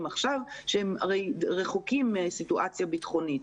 עכשיו הם רחוקים מסיטואציה ביטחונית.